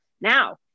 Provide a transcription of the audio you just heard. Now